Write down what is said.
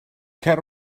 cer